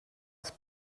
els